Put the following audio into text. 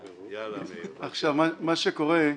מה שקורה,